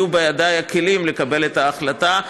יהיו בידיי הכלים לקבל את ההחלטה,